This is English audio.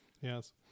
Yes